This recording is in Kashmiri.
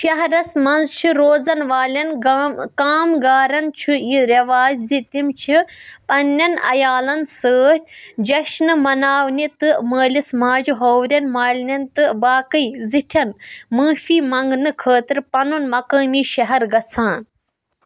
شَہرس منٛز چھِ روزن والٮ۪ن گام كامگارن چھُ یہِ رٮ۪واج زِ تِم چھِ پنٛنٮ۪ن عَیالن سۭتۍ جیٚشنہٕ مناونہِ تہٕ مٲلِس ماجہِ ہوورٮ۪ن مالِنٮ۪ن تہٕ باقٕے زِٹھٮ۪ن معٲفی منٛگنہٕ خٲطرٕ پَنُن مُقٲمی شَہر گژھان